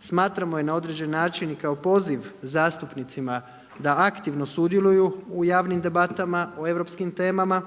smatramo je na određeni način i kako poziv zastupnicima da aktivno sudjeluju u javnim debatama o europskim temama.